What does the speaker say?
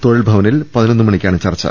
തൊഴിൽഭ വനിൽ പതിനൊന്ന് മണിക്കാണ് ചർച്ചു